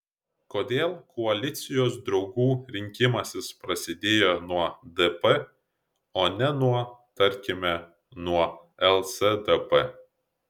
kodėl koalicijos draugų rinkimasis prasidėjo nuo dp o ne nuo tarkime nuo lsdp